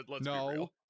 No